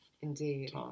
Indeed